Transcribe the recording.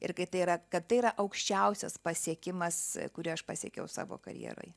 ir kai tai yra kad tai yra aukščiausias pasiekimas kurį aš pasiekiau savo karjeroje